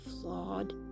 flawed